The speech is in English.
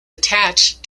attached